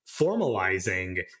formalizing